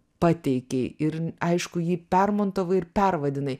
pateikei ir aišku jį permontavai ir pervadinai